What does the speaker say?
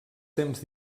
temps